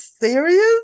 serious